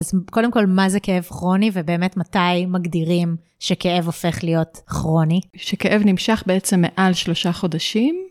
אז קודם כל, מה זה כאב כרוני, ובאמת מתי מגדירים שכאב הופך להיות כרוני? שכאב נמשך בעצם מעל שלושה חודשים.